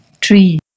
Tree